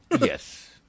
Yes